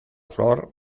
flor